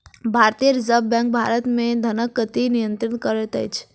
भारतीय reserve bank Bharat मे धनक गति नियंत्रित करैत अछि